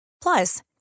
Plus